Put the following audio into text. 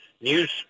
news